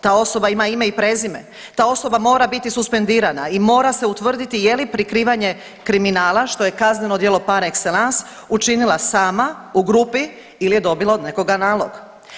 Ta osoba ima ime i prezime, ta osoba mora biti suspendirana i mora se utvrditi je li prikrivanje kriminala što je kazneno djelo par excellence učinila sama u grupi ili je dobila od nekoga nalog.